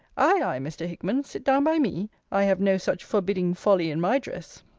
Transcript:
ay, ay, mr. hickman, sit down by me i have no such forbidding folly in my dress.